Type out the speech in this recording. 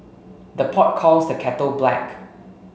the pot calls the kettle black